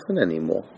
anymore